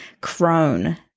crone